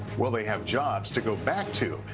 will they have jobs to go back to?